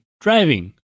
driving